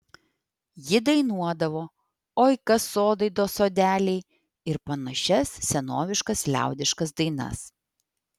ji dainuodavo oi kas sodai do sodeliai ir panašias senoviškas liaudiškas dainas